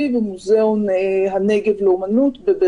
אחד